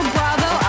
Bravo